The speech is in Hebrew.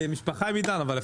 אותנו.